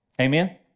Amen